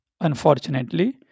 unfortunately